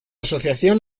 asociación